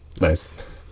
Nice